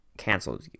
canceled